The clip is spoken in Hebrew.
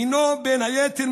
בין היתר,